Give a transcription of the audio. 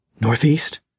Northeast